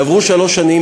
יעברו שלוש שנים,